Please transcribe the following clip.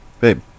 Babe